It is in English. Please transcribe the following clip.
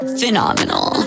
phenomenal